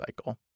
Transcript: cycle